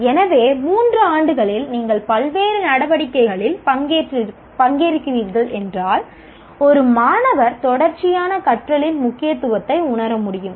எனவே 3 ஆண்டுகளில் நீங்கள் பல்வேறு நடவடிக்கைகளில் பங்கேற்கிறீர்கள் என்றால் ஒரு மாணவர் தொடர்ச்சியான கற்றலின் முக்கியத்துவத்தை உணர முடியும்